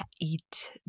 eat